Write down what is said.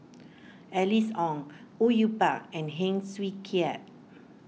Alice Ong Au Yue Pak and Heng Swee Keat